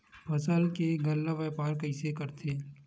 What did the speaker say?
फसल के गल्ला व्यापार कइसे करथे?